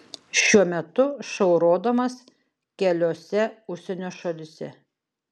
šiuo metu šou rodomas keliose užsienio šalyse